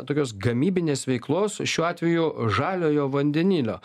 tokios gamybinės veiklos šiuo atveju žaliojo vandenilio